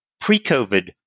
Pre-COVID